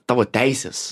tavo teisės